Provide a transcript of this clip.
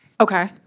Okay